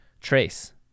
Trace